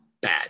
bad